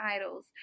idols